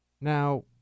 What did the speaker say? Now